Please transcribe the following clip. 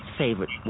favorite